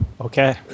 okay